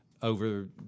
over